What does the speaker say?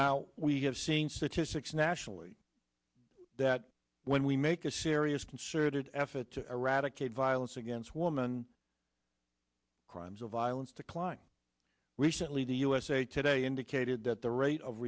now we have seen statistics nationally that when we make a serious concerted effort to eradicate violence against woman crimes of violence decline recently the usa today indicated that the rate of